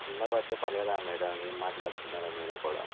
క్రింద పడితే పలగదా మ్యాడమ్ ఏం మాట్లాడుతున్నారు మీరు కూడా